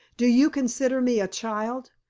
do you consider me a child?